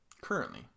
Currently